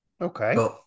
Okay